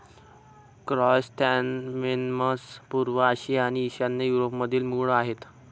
chrysanthemums पूर्व आशिया आणि ईशान्य युरोपमधील मूळ आहेत